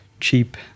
cheap